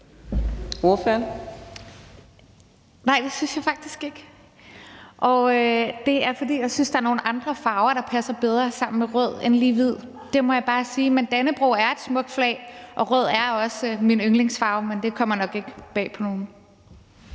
Lund (EL): Nej, det synes jeg faktisk ikke, for jeg synes, der er nogle andre farver, der passer bedre sammen med rød end lige hvid; det må jeg bare sige. Men Dannebrog er et smukt flag, og rød er også min yndlingsfarve, men det kommer nok ikke bag på nogen.